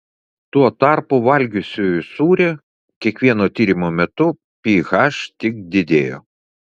tuo tarpu valgiusiųjų sūrį kiekvieno tyrimo metu ph tik didėjo